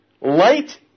Light